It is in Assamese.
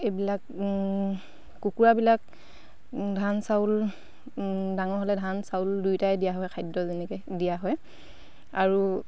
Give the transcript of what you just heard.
এইবিলাক কুকুৰাবিলাক ধান চাউল ডাঙৰ হ'লে ধান চাউল দুয়োটাই দিয়া হয় খাদ্য যেনেকে দিয়া হয় আৰু